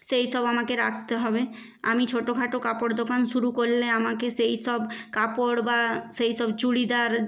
সেই সব আমাকে রাখতে হবে আমি ছোটখাটো কাপড় দোকান শুরু করলে আমাকে সেই সব কাপড় বা সেই সব চুড়িদার